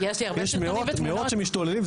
יש מאות שמשתוללים,